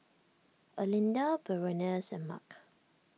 Erlinda Berenice and Mark